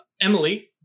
Emily